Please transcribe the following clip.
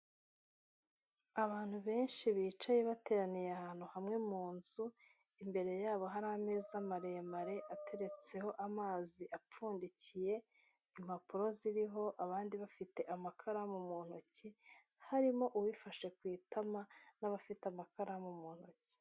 Abantu benshi bicaye bateraniye ahantu hamwe mu nzu, imbere yabo hari ameza maremare ateretseho amazi apfumbikiye, impapuro ziriho abandi bafite amakaramu mu ntoki, harimo uwifashe ku itama, n'abafite amakaramu mu ntoki.